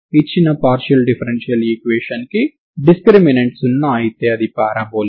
ఇచ్చిన PDEకి డిస్క్రిమినెంట్ సున్నా అయితే అది పారాబొలిక్